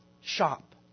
shop